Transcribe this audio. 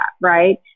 right